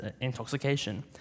intoxication